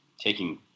taking